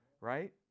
right